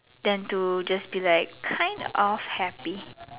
then to just be like kind of happy